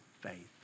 faith